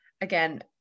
again